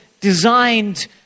designed